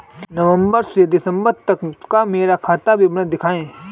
नवंबर से दिसंबर तक का मेरा खाता विवरण दिखाएं?